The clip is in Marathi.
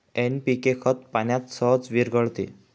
एन.पी.के खत पाण्यात सहज विरघळते